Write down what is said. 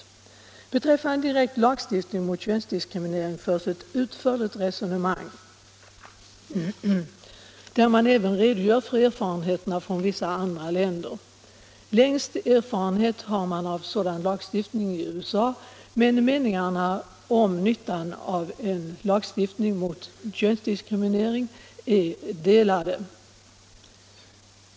: Jämställdhetsfrågor Beträffande direkt lagstiftning mot könsdiskriminering förs ett utförligt — m.m. resonemang, där man även redogör för erfarenheterna i vissa andra länder. Längst erfarenhet av sådan lagstiftning har man i USA, där dock meningarna om nyttan av en lagstiftning mot könsdiskriminering är delade.